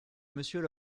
monsieur